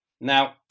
Now